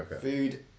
Food